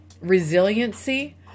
resiliency